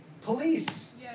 police